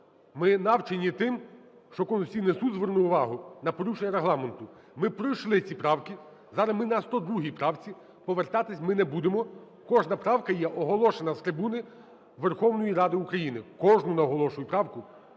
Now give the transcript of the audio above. Ми навчені тим, що Конституційний Суд звернув увагу на порушення Регламенту. Ми пройшли ці правки, зараз ми на 102 правці. Повертатися ми не будемо. Кожна правка є оголошена з трибуни Верховної Ради України. Кожну, наголошую, правку